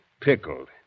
pickled